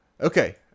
Okay